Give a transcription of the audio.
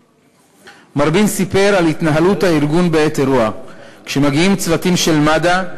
מר בין סיפר על התנהלות הארגון בעת אירוע: "כשמגיעים צוותים של מד"א,